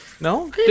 No